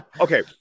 okay